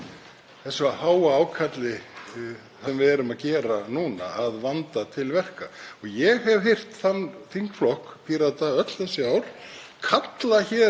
kalla hér á vönduð vinnubrögð og að tryggja form og ferla þannig að kannski eigum við bara að gera það, hv. þingmaður.